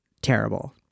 terrible